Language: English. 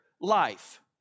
life